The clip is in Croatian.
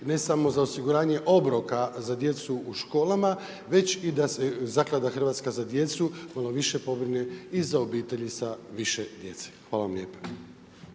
ne samo za osiguranje obroka za djecu u školama već da se i Zaklada Hrvatska za djecu malo više pobrine i za obitelji sa više djece. Hvala vam lijepa.